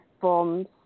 forms